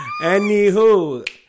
Anywho